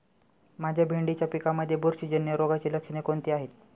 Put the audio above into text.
माझ्या भेंडीच्या पिकामध्ये बुरशीजन्य रोगाची लक्षणे कोणती आहेत?